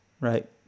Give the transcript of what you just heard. right